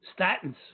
Statins